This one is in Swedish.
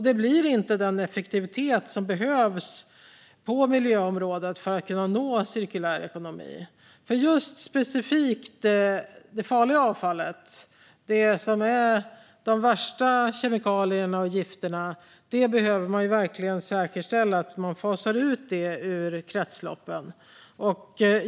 Det blir inte den effektivitet som behövs på miljöområdet för att kunna nå cirkulär ekonomi. Specifikt det farliga avfallet, det med de värsta kemikalierna och gifterna, behöver man verkligen säkerställa att det fasas ut ur kretsloppen.